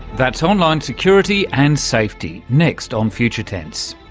that's online security and safety, next on future tense.